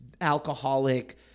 alcoholic